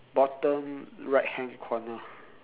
bottom right hand corner